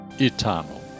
eternal